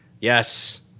Yes